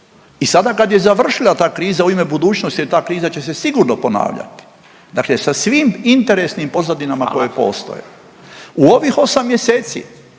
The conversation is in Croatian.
i sada kada je završila ta kriza u ime budućnosti jer ta kriza će se sigurno ponavljati, dakle sa svim interesnim pozadinama koje postoje …/Upadica Radin: